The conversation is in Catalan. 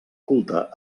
culte